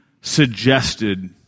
suggested